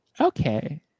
okay